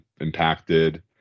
impacted